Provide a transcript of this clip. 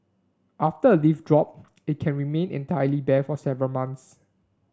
after a leaf drop it can remain entirely bare for several months